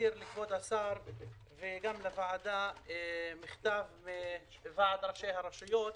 נעביר לכבוד השר וגם לוועדה מכתב מוועד ראשי הרשויות